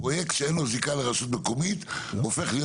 פרויקט שאין לו זיקה לרשות מקומית, הופך להיות